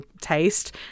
taste